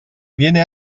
viene